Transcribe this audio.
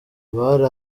abari